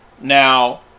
Now